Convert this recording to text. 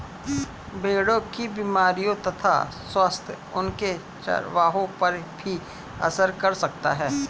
भेड़ों की बीमारियों तथा स्वास्थ्य उनके चरवाहों पर भी असर कर सकता है